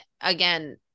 again